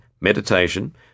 meditation